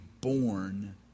born